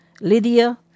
Lydia